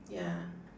ya